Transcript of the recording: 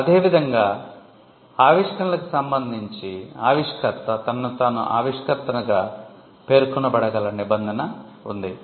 అదేవిధంగా ఆవిష్కరణలకు సంబంధించి ఆవిష్కర్త తనను తాను ఆవిష్కర్తగా పేర్కొనబడగల నిబంధన ఉంది